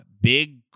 Big